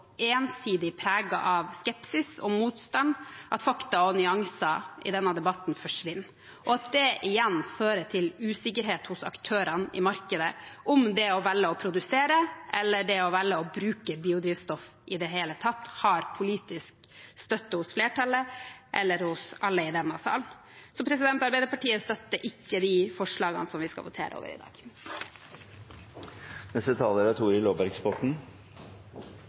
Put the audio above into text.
ensidig preget av skepsis og motstand at fakta og nyanser i denne debatten forsvinner, og at det igjen fører til usikkerhet hos aktørene i markedet om det å velge å produsere eller det å velge å bruke biodrivstoff i det hele tatt har politisk støtte hos flertallet, eller hos alle i denne salen. Så Arbeiderpartiet støtter ikke de forslagene som vi skal votere over i dag. Økt bruk av biodrivstoff er